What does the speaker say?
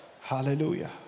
Hallelujah